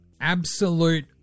Absolute